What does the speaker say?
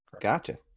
Gotcha